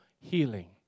healing